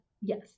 yes